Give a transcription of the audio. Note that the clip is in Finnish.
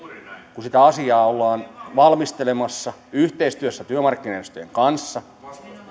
kun sitä asiaa ollaan valmistelemassa yhteistyössä työmarkkinajärjestöjen kanssa